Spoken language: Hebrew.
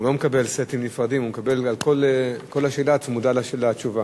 הוא לא מקבל סטים נפרדים, כל שאלה צמודה לתשובה.